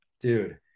dude